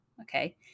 okay